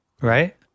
Right